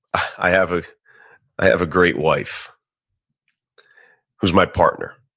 i have ah i have a great wife who's my partner,